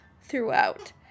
throughout